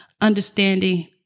understanding